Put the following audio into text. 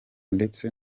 ndetse